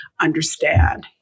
understand